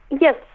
yes